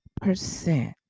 percent